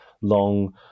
long